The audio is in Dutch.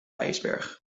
ijsberg